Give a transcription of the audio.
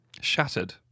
Shattered